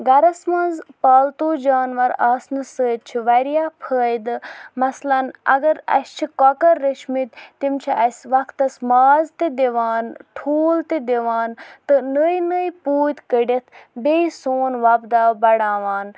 گَرَس منٛز پالتو جاناوار آسنہٕ سۭتۍ چھِ واریاہ فٲیدٕ مثلن اگر اَسہِ چھِ کۄکَر رٔچھۍ مٕتۍ تِم چھِ اَسہِ وقتَس ماز تہِ دِوان ٹھوٗل تہِ دِوان تہٕ نٔے نٔے پوٗتۍ کٔڑِتھ بیٚیہِ سون وۄپداو بَڑاوان